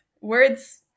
Words